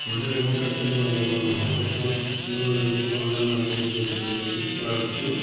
గొడ్డలేమో కట్టెలు అందులో ఏమన్నా చెట్లు గుబురుగా పెరిగితే కొమ్మలు నరకనీకి గొడ్డలి వాడచ్చు